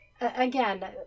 Again